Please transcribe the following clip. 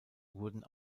wurden